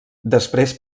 després